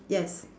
yes